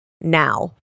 Now